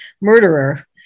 murderer